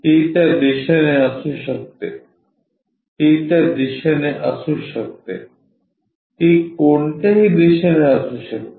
ती त्या दिशेने असू शकते ती त्या दिशेने असू शकते ती कोणत्याही दिशेने असू शकते